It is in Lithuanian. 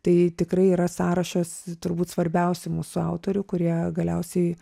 tai tikrai yra sąrašas turbūt svarbiausių mūsų autorių kurie galiausiai